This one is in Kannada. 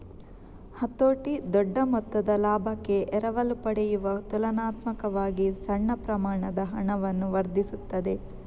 ಹತೋಟಿ ದೊಡ್ಡ ಮೊತ್ತದ ಲಾಭಕ್ಕೆ ಎರವಲು ಪಡೆಯುವ ತುಲನಾತ್ಮಕವಾಗಿ ಸಣ್ಣ ಪ್ರಮಾಣದ ಹಣವನ್ನು ವರ್ಧಿಸುತ್ತದೆ